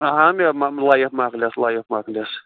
اَہَن مےٚ ما لایِف مۅکلٮ۪س لایِف مۅکلٮ۪ٮس